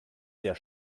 sehr